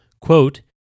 Quote